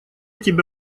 тебя